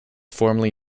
formerly